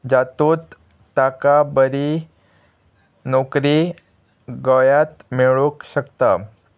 जातूंत ताका बरी नोकरी गोंयांत मेळूंक शकता